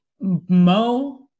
Mo